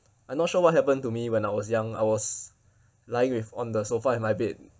I'm not sure what happened to me when I was young I was lying with on the sofa in my bed